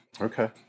Okay